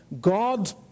God